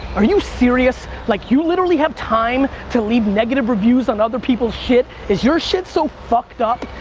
are you serious? like you literally have time to leave negative reviews on other people's shit? is your shit so fucked up?